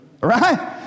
Right